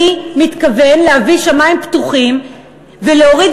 אני מתכוון להביא שמים פתוחים ולהוריד